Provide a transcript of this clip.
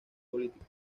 política